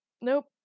Nope